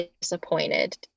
disappointed